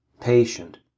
patient